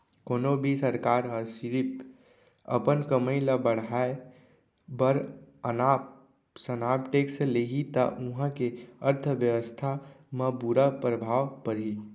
कोनो भी सरकार ह सिरिफ अपन कमई ल बड़हाए बर अनाप सनाप टेक्स लेहि त उहां के अर्थबेवस्था म बुरा परभाव परही